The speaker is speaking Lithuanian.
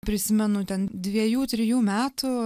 prisimenu ten dviejų trijų metų